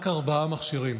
רק ארבעה מכשירים,